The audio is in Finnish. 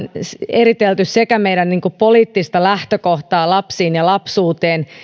eritelty sekä meidän poliittista lähtökohtaa lapsiin ja lapsuuteen